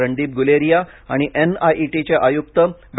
रणदीप र गुलेरिया आणि N I T I चे आयुक्त डॉ